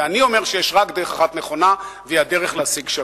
ואני אומר שיש רק דרך אחת נכונה והיא הדרך להשיג שלום.